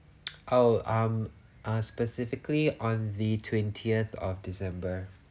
oh um uh specifically on the twentieth of december